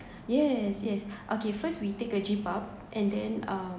yes yes okay first we take a jeep up and then um